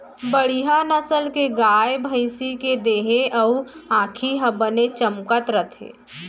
बड़िहा नसल के गाय, भँइसी के देहे अउ आँखी ह बने चमकत रथे